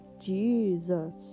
Jesus